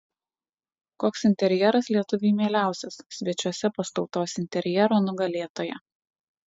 koks interjeras lietuviui mieliausias svečiuose pas tautos interjero nugalėtoją